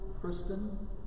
Kristen